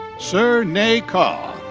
hser nay kaw.